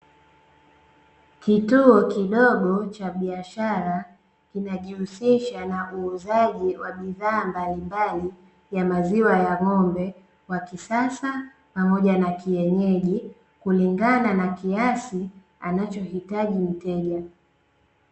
Kituo kidogo cha biashara, kinajihusisha na uuzaji wa bidhaa mbalimbali ya maziwa ya ng'ombe wa kisasa pamoja na kienyeji kulingana na kiasi anachohitaji mteja.